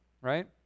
right